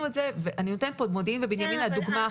את זה ואני נותנת כאן את מודיעין ובנימינה כדוגמה אחת.